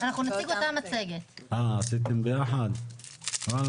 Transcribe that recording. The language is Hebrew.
של התחדשות עירונית בצורה מאסיבית ומהירה.